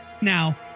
Now